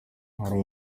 hari